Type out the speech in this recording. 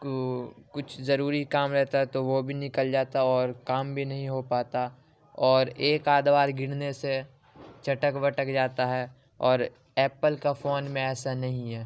کچھ ضروری کام رہتا ہے تو وہ بھی نکل جاتا اور کام بھی نہیں ہو پاتا اور ایک آد بار گرنے سےچٹک وٹک جاتا ہے اور ایپل کا فون میں ایسا نہیں ہے